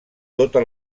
tota